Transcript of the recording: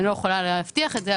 אני לא יכולה להבטיח את זה,